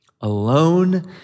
alone